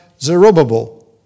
Zerubbabel